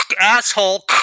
Asshole